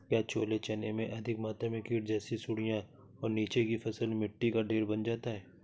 क्या छोले चने में अधिक मात्रा में कीट जैसी सुड़ियां और नीचे की फसल में मिट्टी का ढेर बन जाता है?